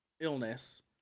illness